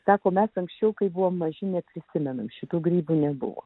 teko mes anksčiau kai buvome maži neprisimename šitų grybų nebuvo